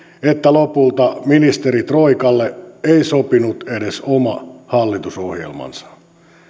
että lopulta ministeritroikalle ei sopinut edes oma hallitusohjelmansa